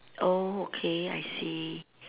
oh okay I see